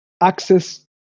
access